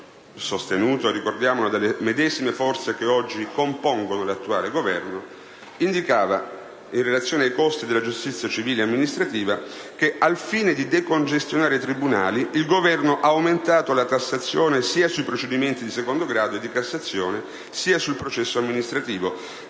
Il Governo Monti, sostenuto - ricordiamolo - dalle medesime forze che oggi compongono l'attuale Governo, in relazione ai costi della giustizia civile e amministrativa indicava che: «Al fine di decongestionare i tribunali, il Governo ha aumentato la tassazione sia sui procedimenti di secondo grado e di Cassazione sia sul processo amministrativo.